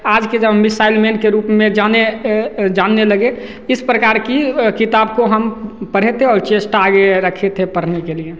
आज के जब हम मिसाइल मैन के रूप में जाने जानने लगे इस प्रकार की किताब को हम पढ़े थे और चेष्टा आगे रखे थे पढ़ने के लिए